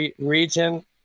region